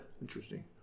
interesting